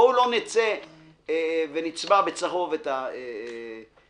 בואו לא נצבע בצהוב את הדיון,